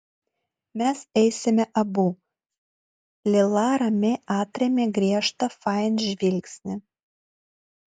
mes eisime abu lila ramiai atrėmė griežtą fain žvilgsnį